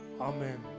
Amen